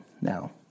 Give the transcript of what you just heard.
now